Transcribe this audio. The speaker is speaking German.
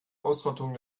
ausrottung